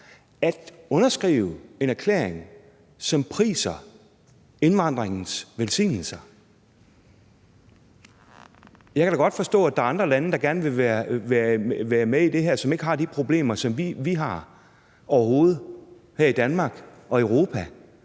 at underskrive en erklæring, som priser indvandringens velsignelser. Jeg kan da godt forstå, at der er andre lande, der gerne vil være med i det her, som overhovedet ikke har de problemer, som vi har her i Danmark og i Europa.